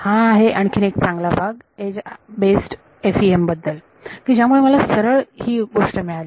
हा आहे आणखीन एक चांगला भाग एज आधारित FEM बद्दल की ज्यामुळे मला सरळ ही गोष्ट मिळाली